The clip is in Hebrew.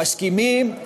מסכימים,